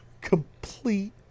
Complete